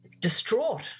distraught